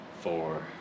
Four